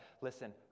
listen